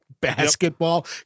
basketball